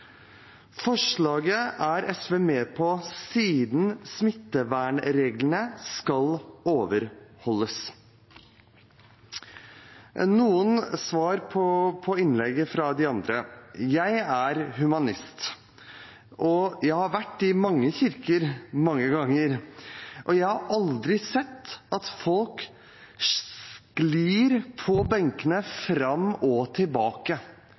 Forslaget er SV med på, siden smittevernreglene skal overholdes. Noen svar på innleggene fra de andre: Jeg er humanist. Jeg har vært i mange kirker mange ganger, og jeg har aldri sett at folk sklir fram og tilbake på benkene;